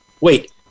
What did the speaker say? wait